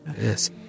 Yes